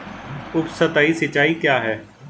उपसतही सिंचाई क्या है?